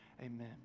Amen